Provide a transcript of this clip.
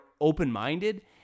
open-minded